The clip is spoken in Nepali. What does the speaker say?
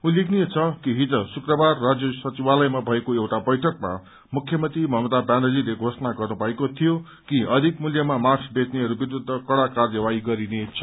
उल्लेखनीय छ कि हिज शुकबार राज्य सचिवालयमा भएको एउटा बैठकमा मुख्यमन्त्री ममता ब्यानर्जीले घोषणा गर्नु भएको थियो कि अधिक मूल्यमा मास्क बेच्नेहरू विरूद्ध कड़ा कार्यवाही गरिनेछ